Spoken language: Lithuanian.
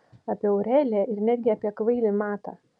apie aureliją ir netgi apie kvailį matą